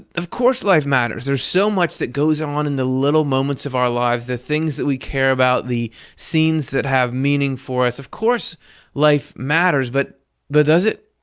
of course life matters! there's so much that goes um on in the little moments of our lives, the things that we care about, the scenes that have meaning for us, of course life matters. but but does it?